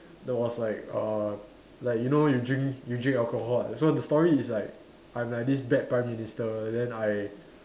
there was like a like you know you drink you drink alcohol what so the story is like I'm like this bad prime minister and then I